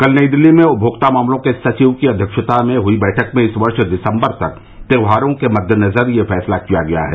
कल नई दिल्ली में उपभोक्ता मामलों के सचिव की अव्यक्षता में हई बैठक में इस वर्ष दिसम्बर तक त्यौहारों के मद्देनजर यह फैसला किया गया है